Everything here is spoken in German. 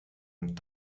und